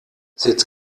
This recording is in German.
sitz